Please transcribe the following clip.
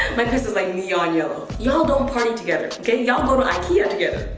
my piss was like neon yellow. y'all don't party together, okay? y'all go to ikea together.